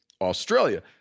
Australia